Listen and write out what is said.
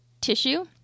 tissue